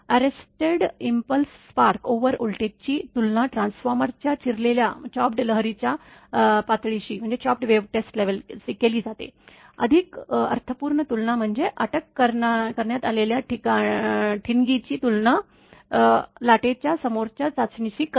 arrested impulse spark over voltage ची तुलना ट्रान्सफॉर्मरच्या चिरलेल्या लहरीच्या पातळीशी केली जाते अधिक अर्थपूर्ण तुलना म्हणजे अटक करण्यात आलेल्या ठिणगीची तुलना लाटेच्या समोरच्या चाचणीशी करणे